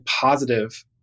positive